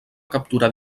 capturar